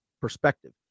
perspective